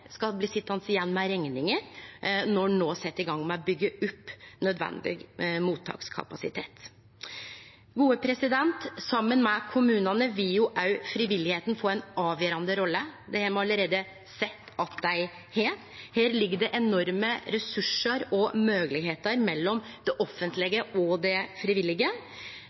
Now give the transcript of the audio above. skal bli sitjande igjen med rekninga når ein no set i gang med å byggje opp nødvendig mottakskapasitet. Saman med kommunane vil òg frivilligheita få ei avgjerande rolle. Det har me allereie sett at dei har. Her ligg det enorme resursar og mogelegheiter mellom det offentlege og det frivillige.